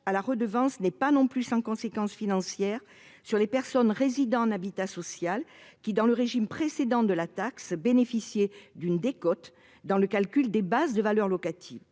à la redevance n'est pas non plus sans conséquence financière pour les personnes résidant en habitat social, qui, dans le régime précédent de la taxe, bénéficiaient d'une décote dans le calcul des bases de valeur locative.